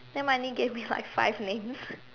then Mani gave me like five names